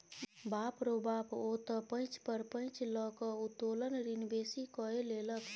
बाप रौ बाप ओ त पैंच पर पैंच लकए उत्तोलन ऋण बेसी कए लेलक